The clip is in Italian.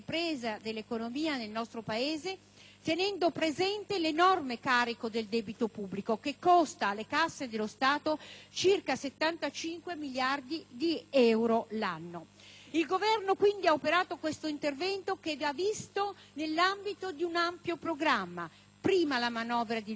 tenendo presente l'enorme carico del debito pubblico, che costa alle casse dello Stato circa 75 miliardi di euro l'anno. Il Governo ha quindi operato questo intervento, che va visto nell'ambito di un ampio programma: prima la manovra di luglio, seguita dalla finanziaria al nostro esame,